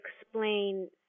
explain